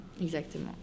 exactement